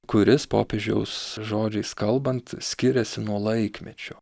kuris popiežiaus žodžiais kalbant skiriasi nuo laikmečio